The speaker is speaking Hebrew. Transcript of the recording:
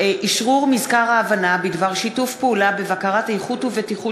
אשרור מזכר ההבנה בדבר שיתוף פעולה בבקרת איכות ובטיחות